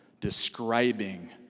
describing